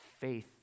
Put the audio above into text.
faith